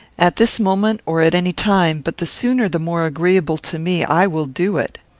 at this moment, or at any time, but the sooner the more agreeable to me, i will do it.